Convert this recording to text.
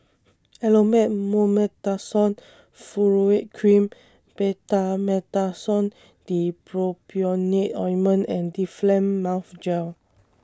Elomet Mometasone Furoate Cream Betamethasone Dipropionate Ointment and Difflam Mouth Gel